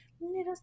little